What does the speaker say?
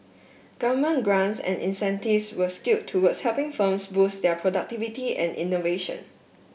government grants and incentives were skewed towards helping firms boost their productivity and innovation